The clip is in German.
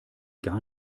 gar